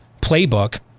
playbook